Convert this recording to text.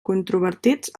controvertits